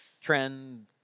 trend